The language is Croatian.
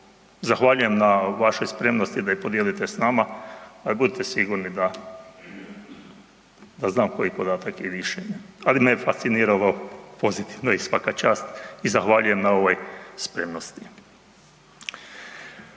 zahvaljujem na vašoj spremnosti da je podijelite s nama a budite sigurni da znam koji podatak i više, ali me je fasciniralo pozitivno i svaka čast i zahvaljujem na ovoj spremnosti.